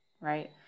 right